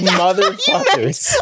motherfuckers